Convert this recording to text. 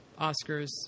Oscars